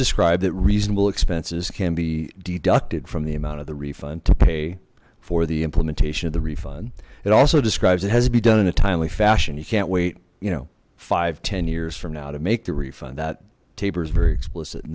describe that reasonable expenses can be deducted from the amount of the refund to pay for the implementation of the refund it also describes it has to be done in a timely fashion you can't wait you know five ten years from now to make the refund that taper is very explicit